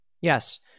Yes